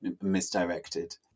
misdirected